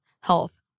health